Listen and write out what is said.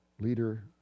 Leader